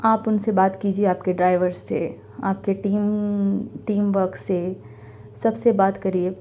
آپ اُن سے بات کیجیے آپ کے ڈرائیور سے آپ کے ٹیم ٹیم ورک سے سب سے بات کریے